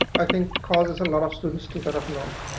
i think, causes a lot of students to kind of and um